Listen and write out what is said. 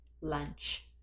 lunch